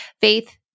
Faith